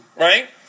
Right